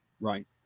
right